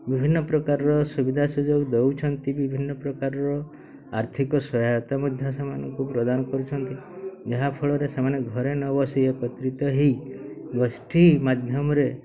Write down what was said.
ବିଭିନ୍ନ ପ୍ରକାରର ସୁବିଧା ସୁଯୋଗ ଦେଉଛନ୍ତି ବିଭିନ୍ନ ପ୍ରକାରର ଆର୍ଥିକ ସହାୟତା ମଧ୍ୟ ସେମାନଙ୍କୁ ପ୍ରଦାନ କରୁଛନ୍ତି ଯାହାଫଳରେ ସେମାନେ ଘରେ ନ ବସେଇ ଏକତ୍ରିତ ହେଇ ଗୋଷ୍ଠୀ ମାଧ୍ୟମରେ